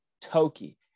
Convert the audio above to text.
Toki